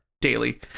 daily